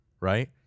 right